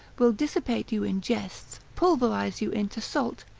will dissipate you in jests, pulverise you into salt,